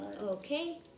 Okay